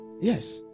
Yes